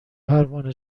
پروانه